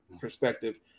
perspective